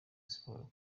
siporo